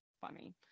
funny